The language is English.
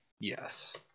yes